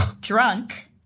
drunk